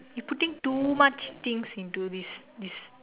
you putting too much things into this this